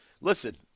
listen